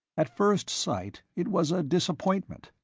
at first sight it was a disappointment.